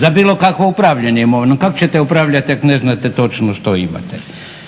za bilo kakvo upravljanje imovinom. Kako ćete upravljati ako ne znate točno što imate?